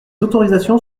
autorisations